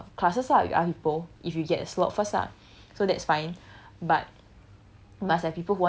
change uh classes lah with other people if you get a slot first lah so that's fine but